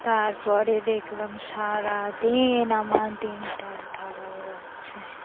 তারপরে দেখলাম সারাদিন আমার দিনটাই খারাপ যাচ্ছে